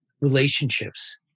relationships